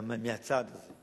מהצעד הזה.